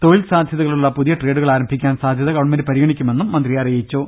തൊഴിൽ സാധൃതകളുള്ള പുതിയ ട്രേഡുകൾ ആരംഭിക്കാൻ സാധ്യത ഗവൺമെന്റ് പരിഗണിക്കുമെന്നും മന്ത്രി പറഞ്ഞു